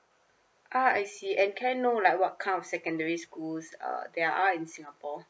ah I see and can I know like what kind of secondary schools are they are in singapore